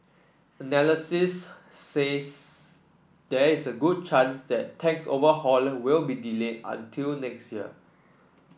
analysis says there is a good chance that tax overhaul will be delayed until next year